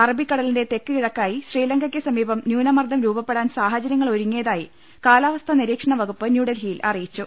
അറബിക്കടലിന്റെ തെക്ക് കിഴക്കായി ശ്രീലങ്കക്ക് സമീപം ന്യൂനമർദ്ദം രൂപപ്പെടാൻ സാഹചര്യങ്ങൾ ഒരുങ്ങിയ തായി കാലാവസ്ഥാ നിരീക്ഷണ വകുപ്പ് ന്യൂഡൽഹിയിൽ അറി യിച്ചു